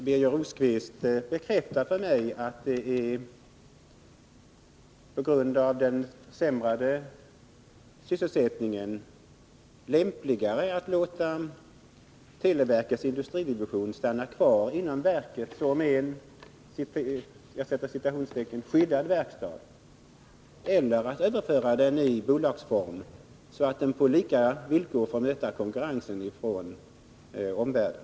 Herr talman! Vill Birger Rosqvist tala om för mig om det på grund av den försämrade sysselsättningen är lämpligare att låta televerkets industridivision stanna kvar inom verket som en ”skyddad verkstad”, eller att överföra den i bolagsform, så att den på lika villkor får möta konkurrensen ifrån omvärlden?